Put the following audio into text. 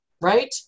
right